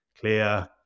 clear